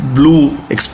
blue